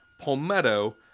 palmetto